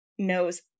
knows